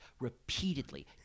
repeatedly